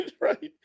right